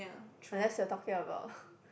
unless you're talking about